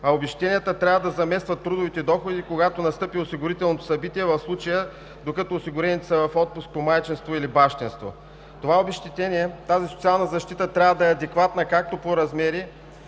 Обезщетенията трябва да заместват трудовите доходи, когато настъпи осигурителното събитие, в случая – докато осигурените са в отпуск по майчинство или бащинство. Това обезщетение, тази социална защита трябва да е адекватна както по размери